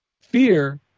fear